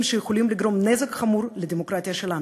שיכולים לגרום נזק חמור לדמוקרטיה שלנו.